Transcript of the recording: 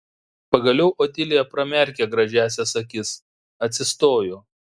pagaliau otilija pramerkė gražiąsias akis atsistojo